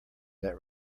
that